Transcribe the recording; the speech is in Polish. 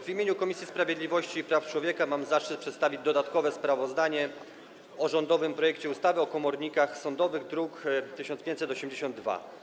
W imieniu Komisji Sprawiedliwości i Praw Człowieka mam zaszczyt przedstawić dodatkowe sprawozdanie o rządowym projekcie ustawy o komornikach sądowych, druk nr 1582.